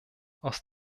aus